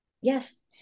Yes